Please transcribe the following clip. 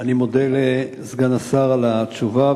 אני מודה לסגן השר על התשובה,